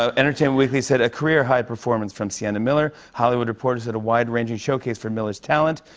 um entertainment weekly said, a career high performance from sienna miller. hollywood reporter said, a wide-ranging showcase for miller's talent.